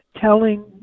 telling